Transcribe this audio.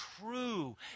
true